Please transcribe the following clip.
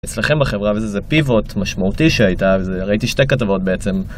אצלכם בחברה, וזה Pivot משמעותי שהייתה, ראיתי שתי כתבות בעצם.